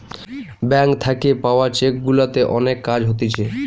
bank থাকে পাওয়া cheque গুলাতে অনেক কাজ হতিছে